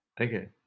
okay